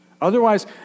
Otherwise